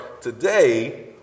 today